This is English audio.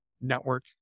network